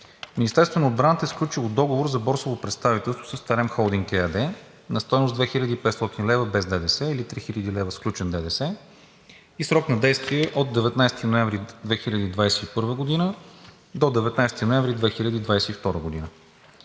Министерството на отбраната е сключило договор за борсово представителство с „Терем холдинг“ ЕАД на стойност 2500 лв. без ДДС, или 3000 лв. с включено ДДС, и срок на действие от 19 ноември 2021 г. до 19 ноември 2022 г.